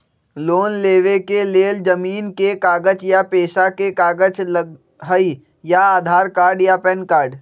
Loan लेवेके लेल जमीन के कागज या पेशा के कागज लगहई या आधार कार्ड या पेन कार्ड?